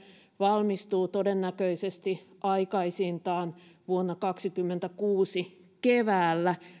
valmistuu todennäköisesti aikaisintaan vuonna kaksikymmentäkuusi keväällä